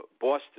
Boston